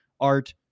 art